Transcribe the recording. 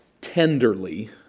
tenderly